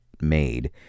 made